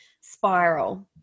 spiral